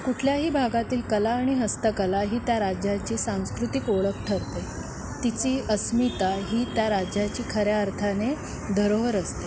कुठल्याही भागातील कला आणि हस्तकला ही त्या राज्याची सांस्कृतिक ओळख ठरते तिची अस्मिता ही त्या राज्याची खऱ्या अर्थाने धरोहर असते